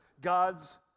God's